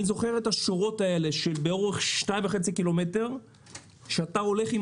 אני זוכר את השורות האלה באורך 2.5 ק"מ שאתה הולך עם